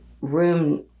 room